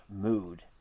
mood